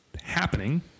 happening